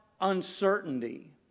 uncertainty